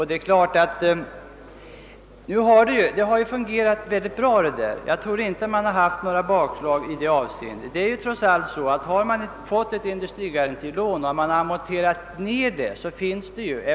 Detta system har dock fungerat mycket bra — några bakslag torde inte ha inträffat.